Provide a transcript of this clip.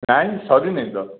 ନାଇ ସରିନି ତ